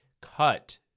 cut